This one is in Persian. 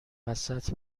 وسط